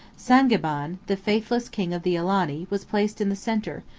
sangiban, the faithless king of the alani, was placed in the centre,